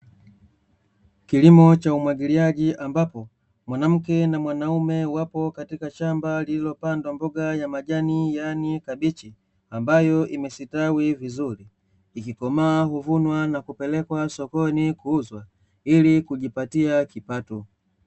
Kilimo cha umwagiliaji ambapo mwanamke na mwanaume wako katika shamba lililopandwa mboga ya majani yaani kabichi, ambayo imestawi vizuri, ikikomaa huvunwa na kupelekwa sokoni kuuzwa ili kujipatia kipato.